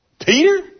Peter